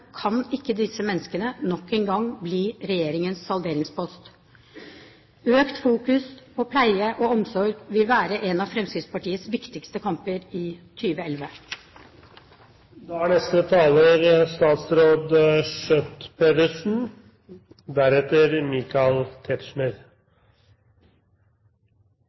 kan ikke disse menneskene nok en gang bli regjeringens salderingspost. Økt fokus på pleie og omsorg vil være en av Fremskrittspartiets viktigste kamper i 2011. For en tid siden ble Norge igjen kåret til verdens beste land å bo i. Det er